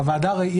הוועדה הרי,